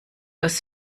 aus